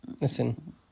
listen